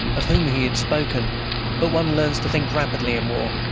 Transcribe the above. of whom he had spoken but one learns to think rapidly in war,